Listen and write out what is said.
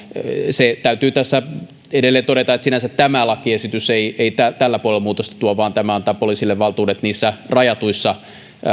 se täytyy tässä edelleen todeta että sinänsä tämä lakiesitys ei ei tällä puolella muutosta tuo vaan tämä antaa poliisille valtuudet niissä rajatuissa